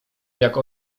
jak